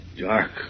Dark